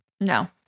No